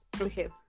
okay